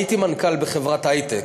הייתי מנכ"ל בחברת היי-טק,